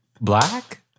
Black